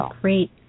great